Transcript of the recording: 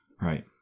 Right